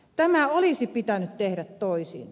tämä olisi pitänyt tehdä toisin